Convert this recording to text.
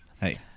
hey